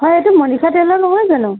হয় এইটো মনিষা টেইলাৰ নহয় জানোঁ